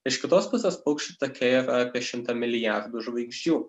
iš kitos pusės paukščių take yra apie šimtą milijardų žvaigždžių